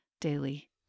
daily